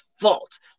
fault